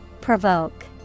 Provoke